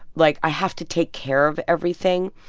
like i have to take care of everything.